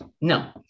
No